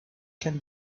can